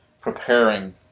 preparing